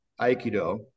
Aikido